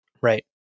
Right